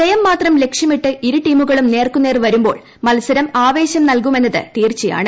ജയം മാത്രം ലക്ഷ്യമിട്ട് ഇരുടീമുകളും നേർക്കുനേർ വരുമ്പോൾ മത്സരം ആവേശം നൽകുമെന്നത് തീർച്ചയാണ്